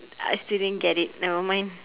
I still didn't get it nevermind